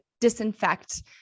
disinfect